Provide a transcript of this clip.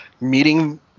meeting